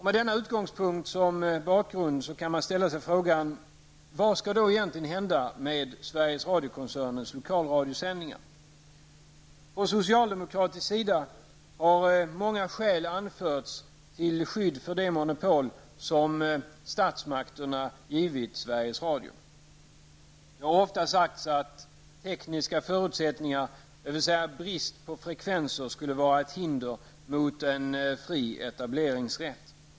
Med denna utgångspunkt som bakgrund kan man ställa sig frågan: Vad skall då egentligen hända med Från socialdemokratisk sida har många skäl anförts till skydd för det monopol som statsmakterna har givit Sveriges Radio. Det har ofta sagts att tekniska förutsättningar, dvs. brist på frekvenser, skulle vara ett hinder mot en fri etableringsrätt.